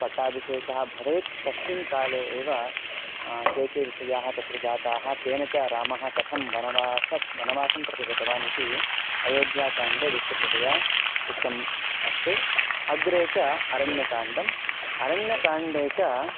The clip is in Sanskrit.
पट्टाभिषेकः भवेत् तस्मिन् काले एव के के विषयाः तत्र जाताः तेन च रामः कथं वनवासं वनवासं प्रति गतवान् इति अयोध्याकाण्डे विस्तृततया उक्तम् अस्ति अग्रे च अरण्यकाण्डम् अरण्यकाण्डे च